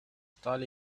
stall